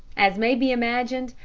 as may be imagined,